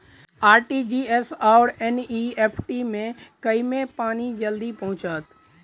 RTGS आओर NEFT मे केँ मे पानि जल्दी पहुँचत